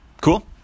Cool